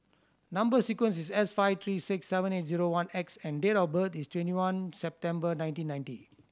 number sequence is S five three six seven eight zero one X and date of birth is twenty one September nineteen ninety